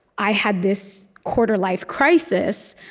i had this quarter-life crisis,